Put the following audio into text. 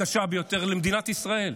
הקשה ביותר למדינת ישראל,